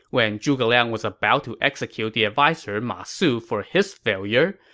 when zhuge liang was about to execute the adviser ma su for his failure,